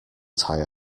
tyre